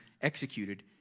executed